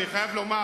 אני חייב לומר